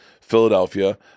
Philadelphia